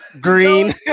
Green